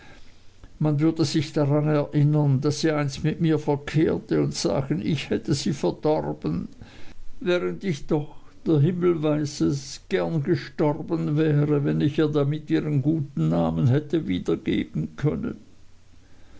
man würde sich daran erinnern daß sie einst mit mir verkehrte und sagen ich hätte sie verdorben während ich doch der himmel weiß es gern gestorben wäre wenn ich ihr damit ihren guten namen hätte wiedergeben können